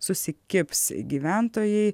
susikibs gyventojai